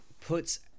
puts